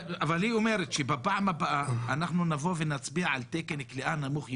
אבל היא אומרת שבפעם הבאה אנחנו נבוא ונצביע על תקן כליאה נמוך יותר.